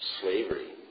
slavery